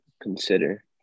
consider